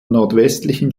nordwestlichen